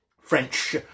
French